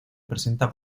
presenta